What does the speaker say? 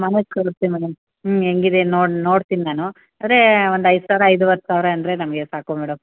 ಮನೆ ತೋರಿಸಿ ಮನೆ ಹ್ಞೂ ಹೆಂಗಿದೆ ನೋಡಿ ನೋಡ್ತೀನಿ ನಾನು ಅದೇ ಒಂದು ಐದು ಸಾವಿರ ಐದುವರೆ ಸಾವಿರ ಅಂದರೆ ನಮಗೆ ಸಾಕು ಮೇಡಮ್